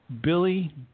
Billy